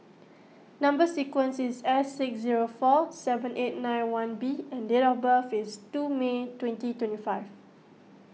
Number Sequence is S six zero four seven eight nine one B and date of birth is two May twenty twenty five